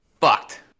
fucked